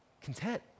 content